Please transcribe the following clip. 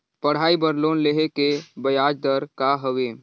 पढ़ाई बर लोन लेहे के ब्याज दर का हवे?